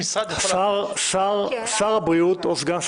3. פניית יושב-ראש ועדת החוקה,